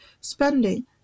spending